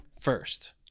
first